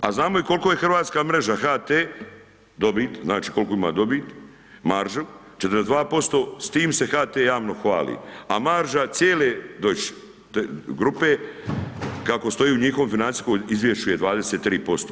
A znamo i koliko je hrvatska mreža HT, dobit, znači koliku ima dobit, maržu, 42%, s time se HT javno hvali a marža cijele Deutch grupe, kako stoji u njihovom financijskom izvješću je 23%